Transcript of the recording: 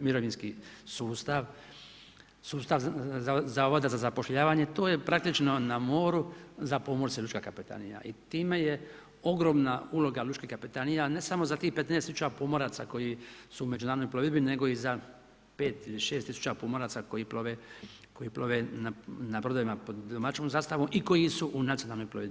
mirovinski sustav, sustav Zavoda za zapošljavanje, to je praktično na moru za pomorce lučka kapetanija i time je ogromna uloga lučkih kapetanija ne samo za tih 15 000 pomoraca koji su u međunarodnoj plovidbi nego i za 5 ili 6000 pomoraca koji plove na brodovima pod domaćom zastavom i koji su u nacionalnoj plovidbi.